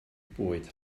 bwyd